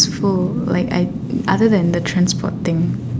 so like I other than the transport thing